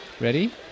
Ready